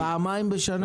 פעמיים בשנה.